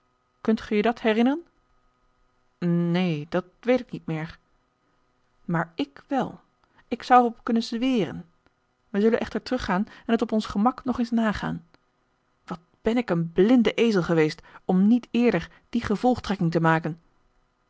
kunt ge je dat herinneren quot neen dat weet ik niet meer maar ik wel ik zou er op kunnen zweren wij zullen echter teruggaan en het op ons gemak nog eens nagaan wat ben ik een blinde ezel geweest om niet eerder die gevolgtrekking te maken